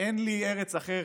"אין לי ארץ אחרת"